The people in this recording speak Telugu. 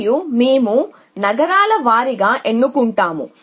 మరియు మేము నగరాల వారీగా ఎన్నుకుంటాము